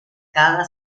cada